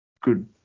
good